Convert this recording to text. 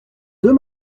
deux